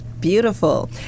Beautiful